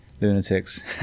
lunatics